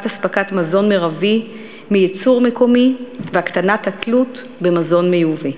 הספקת מזון מרבי מייצור מקומי ולהקטנת התלות במזון מיובא.